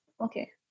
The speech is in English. Okay